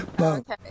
okay